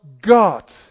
God